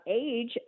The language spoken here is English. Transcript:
age